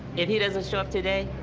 if he doesn't show up today,